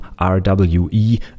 rwe